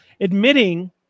admitting